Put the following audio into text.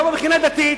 לא מבחינה דתית,